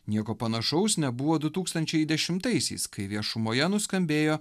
nieko panašaus nebuvo du tūkstančiai dešimtaisiais kai viešumoje nuskambėjo